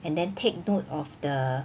and then take note of the